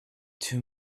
two